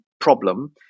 problem